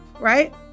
right